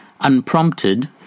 Unprompted